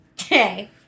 Okay